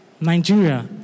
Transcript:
Nigeria